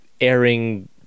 airing